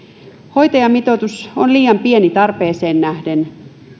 hoitajamitoitus on liian pieni tarpeeseen nähden